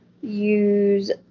use